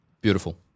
Beautiful